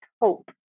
hope